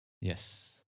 yes